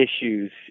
issues